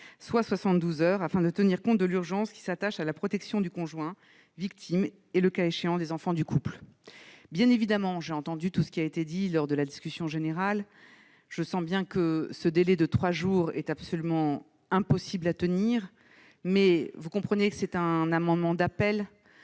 heures, afin de tenir compte de l'urgence qui s'attache à la protection du conjoint victime et, le cas échéant, des enfants du couple. Bien évidemment, ayant entendu ce qui s'est dit lors de la discussion générale, je sens bien que le délai de trois jours est absolument impossible à tenir. Mais, vous le comprendrez, il s'agit d'un amendement d'appel.